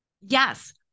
Yes